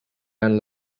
anne